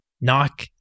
knock